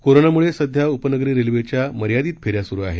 कोरोनामुळे सध्या उपनगरी रेल्वेच्या मर्यादीत फेऱ्या सुरू आहेत